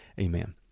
Amen